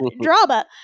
drama